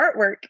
artwork